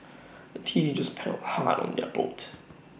the teenagers paddled hard on their boat